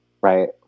right